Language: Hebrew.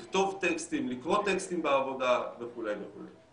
לכתוב טקסטים, לקרוא טקסטים בעבודה וכו' וכו'.